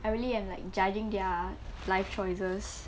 I really am like judging their life choices